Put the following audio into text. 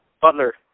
Butler